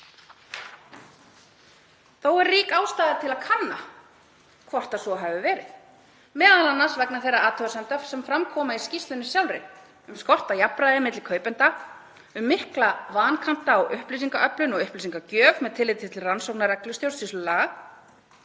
Þó er rík ástæða til að kanna hvort svo hafi verið, m.a. vegna þeirra athugasemda sem fram koma í skýrslunni sjálfri um skort á jafnræði milli kaupenda, um mikla vankanta á upplýsingaöflun og upplýsingagjöf með tilliti til rannsóknarreglu stjórnsýslulaga,